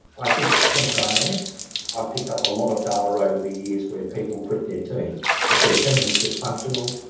i think it's team dynamics i've picked up a lot of data over the years where people quit their team if their team is dysfunctional,